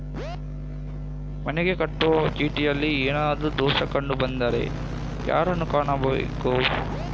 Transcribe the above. ಮನೆಗೆ ಕಟ್ಟುವ ಚೀಟಿಯಲ್ಲಿ ಏನಾದ್ರು ದೋಷ ಕಂಡು ಬಂದರೆ ಯಾರನ್ನು ಕಾಣಬೇಕು?